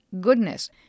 goodness